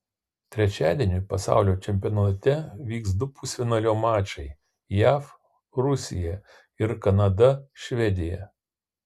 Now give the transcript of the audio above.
trečiadienį pasaulio čempionate vyks du pusfinalio mačai jav rusija ir kanada švedija